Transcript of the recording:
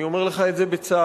אני אומר לך את זה בצער,